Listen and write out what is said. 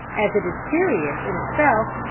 as it is curious in itself,